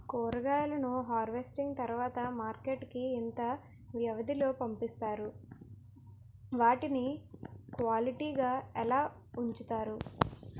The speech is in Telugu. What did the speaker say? కూరగాయలను హార్వెస్టింగ్ తర్వాత మార్కెట్ కి ఇంత వ్యవది లొ పంపిస్తారు? వాటిని క్వాలిటీ గా ఎలా వుంచుతారు?